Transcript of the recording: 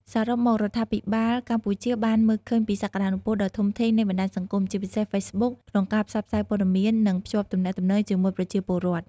សរុបមក រដ្ឋាភិបាលកម្ពុជាបានមើលឃើញពីសក្តានុពលដ៏ធំធេងនៃបណ្ដាញសង្គម ជាពិសេស Facebook ក្នុងការផ្សព្វផ្សាយព័ត៌មាន និងភ្ជាប់ទំនាក់ទំនងជាមួយប្រជាពលរដ្ឋ។